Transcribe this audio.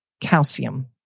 calcium